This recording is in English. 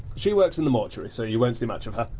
she works in the mortuary so you won't see much of her.